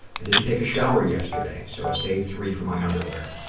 i didn't take a shower yesterday, so it's day three for my underwear.